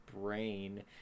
brain